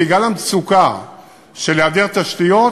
בגלל המצוקה של היעדר תשתיות,